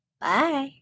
Bye